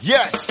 Yes